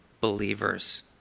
believers